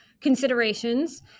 considerations